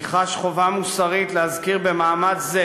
אני חש חובה מוסרית להזכיר במעמד זה